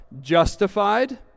justified